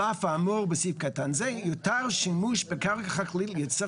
על אף האמור בסעיף קטן זה יותר שימוש בקרקע חקלאית לייצר